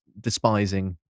despising